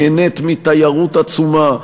נהנית מתיירות עצומה,